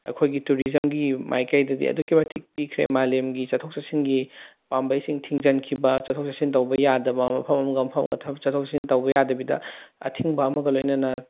ꯑꯩꯈꯣꯏꯒꯤ ꯇꯨꯔꯤꯖꯝꯒꯤ ꯃꯥꯏꯀꯩꯗꯗꯤ ꯑꯗꯨꯛꯀꯤ ꯃꯇꯤꯛ ꯄꯤꯈ꯭ꯔꯦ ꯃꯥꯂꯦꯝꯒꯤ ꯆꯠꯊꯣꯛ ꯆꯠꯁꯤꯟꯒꯤ ꯄꯥꯝꯕꯩꯁꯤꯡ ꯊꯤꯡꯖꯤꯟꯈꯤꯕ ꯆꯠꯊꯣꯛ ꯆꯠꯁꯤꯟ ꯇꯧꯕ ꯌꯥꯗꯕ ꯃꯐꯝ ꯑꯃꯒ ꯃꯐꯝ ꯑꯃꯒ ꯊꯕꯛ ꯆꯠꯊꯣꯛ ꯆꯠꯁꯤꯟ ꯇꯧꯕ ꯌꯥꯗꯕꯤꯗ ꯑꯊꯤꯡꯕ ꯑꯃꯒ ꯂꯣꯏꯅꯅ